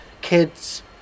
kids